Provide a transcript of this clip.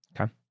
Okay